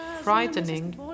frightening